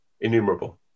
innumerable